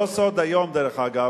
לא סוד היום, דרך אגב,